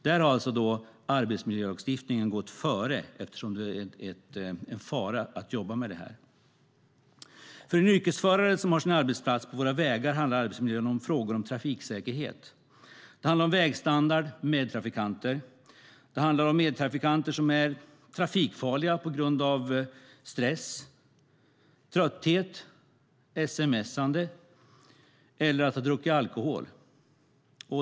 Där har alltså arbetsmiljölagstiftningen gått före, eftersom det är en fara att jobba med det här materialet. För en yrkesförare som har sin arbetsplats på våra vägar handlar arbetsmiljön om trafiksäkerhet. Det handlar om vägstandard och medtrafikanter. Det handlar om medtrafikanter som är trafikfarliga på grund av stress, trötthet, sms:ande eller därför att de har druckit alkohol.